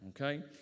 okay